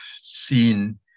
seen